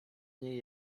niej